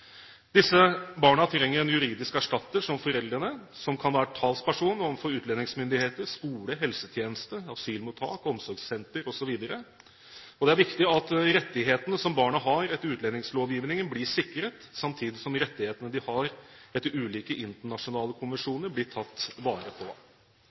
Disse barna trenger en juridisk erstatter for foreldrene, som kan være talsperson overfor utlendingsmyndigheter, skole, helsetjeneste, asylmottak/omsorgssenter osv. Det er viktig at rettighetene som barna har etter utlendingslovgivningen, blir sikret, samtidig som rettighetene de har etter ulike internasjonale